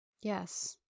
yes